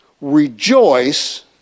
Rejoice